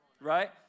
right